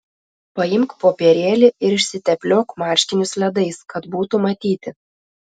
paimk popierėlį ir išsitepliok marškinius ledais kad būtų matyti